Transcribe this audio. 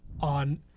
on